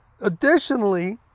additionally